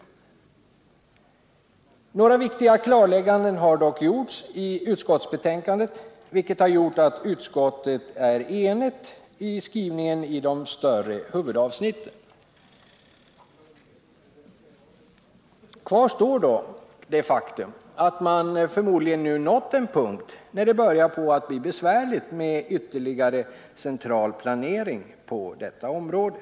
Några viktiga klarlägganden har dock gjorts i utskottsbetänkandet, vilket har gjort att utskottet är enigt om skrivningen i de större huvudavsnitten. Kvar står dock det faktum att man förmodligen nu nått den punkt där det Nr 49 börjar bli besvärligt med ytterligare central planering på detta område.